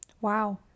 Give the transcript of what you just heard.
wow